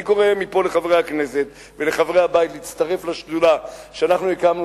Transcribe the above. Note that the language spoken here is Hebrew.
אני קורא מפה לחברי הכנסת ולחברי הבית להצטרף לשדולה שאנחנו הקמנו,